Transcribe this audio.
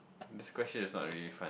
this question is not really fun